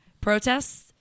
protests